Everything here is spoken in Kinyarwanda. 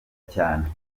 cyane